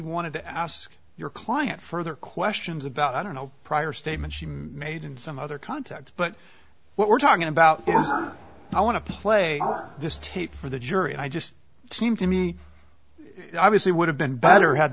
wanted to ask your client further questions about i don't know prior statements she made in some other context but what we're talking about i want to play this tape for the jury i just seem to me obviously would have been better had